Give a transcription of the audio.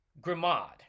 Grimaud